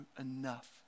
enough